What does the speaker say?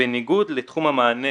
בניגוד לתחום המענה